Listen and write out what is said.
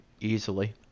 Easily